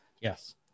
Yes